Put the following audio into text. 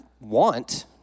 want